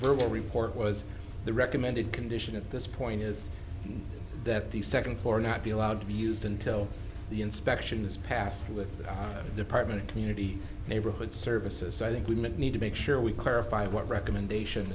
the report was the recommended condition at this point is that the second floor not be allowed to be used until the inspection is passed with department of community neighborhood services i think we need to make sure we clarify what recommendation